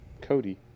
Cody